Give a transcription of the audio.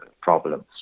problems